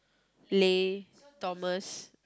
Lay Thomas